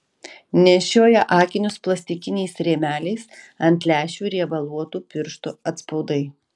nešioja akinius plastikiniais rėmeliais ant lęšių riebaluotų pirštų atspaudai